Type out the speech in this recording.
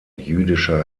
jüdischer